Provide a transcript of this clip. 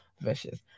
vicious